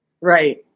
right